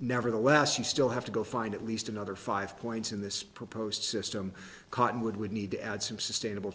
nevertheless you still have to go find at least another five points in this proposed system cottonwood would need to add some sustainable